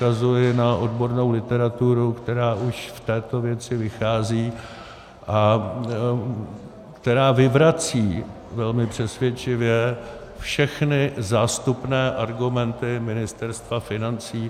Odkazuji na odbornou literaturu, která už v této věci vychází a která vyvrací velmi přesvědčivě všechny zástupné argumenty Ministerstva financí.